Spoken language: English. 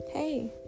hey